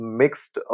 mixed